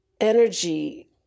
energy